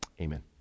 Amen